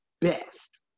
best